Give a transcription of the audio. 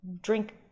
Drink